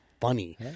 funny